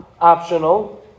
optional